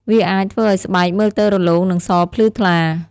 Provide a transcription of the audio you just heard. វាអាចធ្វើឱ្យស្បែកមើលទៅរលោងនិងសភ្លឺថ្លា។